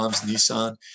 Nissan